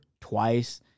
twice